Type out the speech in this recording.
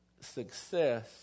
success